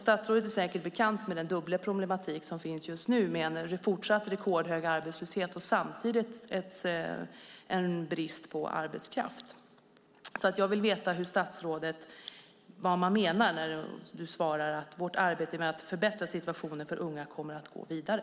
Statsrådet är säkert bekant med den dubbla problematik som finns just nu med en fortsatt rekordhög arbetslöshet och samtidigt en brist på arbetskraft. Jag vill veta vad statsrådet menar när hon svarar att "vårt arbete med att förbättra situationen för unga kommer att gå vidare".